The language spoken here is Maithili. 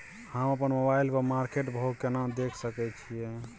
हम अपन मोबाइल पर मार्केट भाव केना देख सकै छिये?